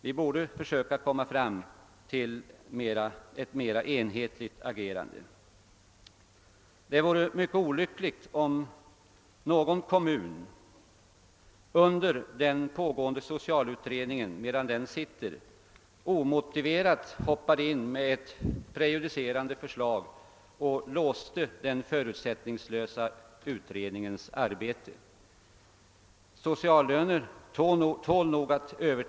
Vi borde försöka komma fram till ett mer enhetligt agerande. Det vore mycket olyckligt om någon kommun under den pågående socialutredningen omotiverat hoppar in med en prejudicerande åtgärd och Jlåser den förutsättningslösa utredningens arbete. Frågan om sociallöner bör nog över.